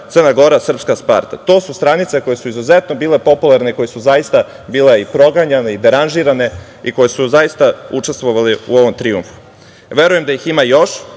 Crna Gora - srpska Sparta. To su stranice koje su izuzetno bile popularne, koje su zaista bile i proganjane i deranžirane i koje su zaista učestvovale u ovom trijumfu. Verujem da ih ima još